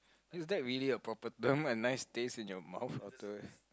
is that really a proper term and nice taste in your mouth or the